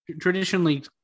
traditionally